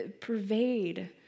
pervade